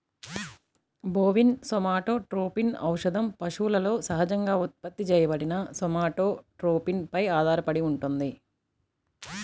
bovine somatotropin ఔషధం పశువులలో సహజంగా ఉత్పత్తి చేయబడిన సోమాటోట్రోపిన్ పై ఆధారపడి ఉంటుంది